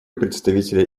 представителя